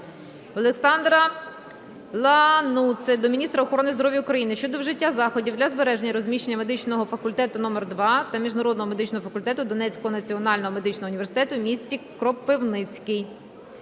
Олександра Дануци до міністра охорони здоров'я України щодо вжиття заходів для збереження розміщення медичного факультету №2 та міжнародного медичного факультету Донецького національного медичного університету в місті Кропивницький.